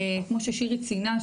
כמו ששירי ציינה,